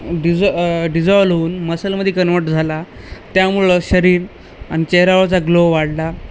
डिझॉ dissolve होऊन मसलमध्ये convert झाला त्यामुळं शरीर आणि चेहऱ्या वरचा ग्लो वाढला